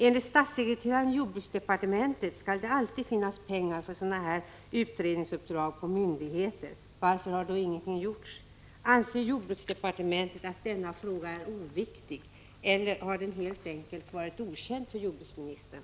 Enligt statssekreteraren i jordbruksdepartementet skall det alltid finnas pengar för sådana här utredningsuppdrag inom myndigheter. Varför har ingenting gjorts? Anser jordbruksdepartementet att denna fråga är oviktig, eller har den helt enkelt varit okänd för jordbruksministern?